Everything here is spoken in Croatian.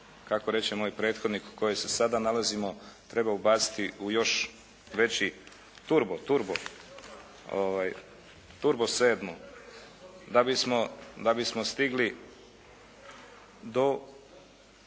kako reče moj prethodnik u kojoj se sada nalazimo, treba ubaciti u još veći turbo, turbo sedmu da bismo stigli do